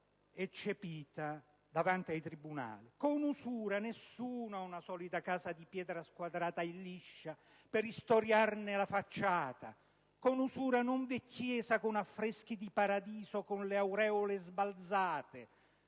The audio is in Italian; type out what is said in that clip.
eccepite davanti ai tribunali. «Con usura nessuno ha una solida casa di pietra squadrata e liscia per istoriarne la facciata, con usura non v'è chiesa con affreschi di paradiso (...) con le aureole sbalzate,